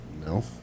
No